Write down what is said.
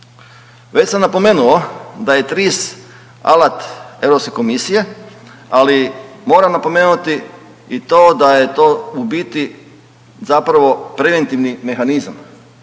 Već sam napomenuo da je TRIS alat Europske komisije, ali moram napomenuti i to da je to u biti zapravo preventivni mehanizam